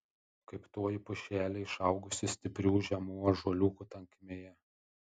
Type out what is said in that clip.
kaip toji pušelė išaugusi stiprių žemų ąžuoliukų tankmėje